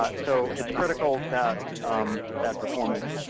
but so it's critical that that performance